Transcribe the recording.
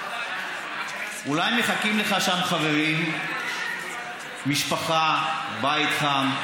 אולי מחכים לך שם חברים, משפחה, בית חם.